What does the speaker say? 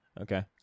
okay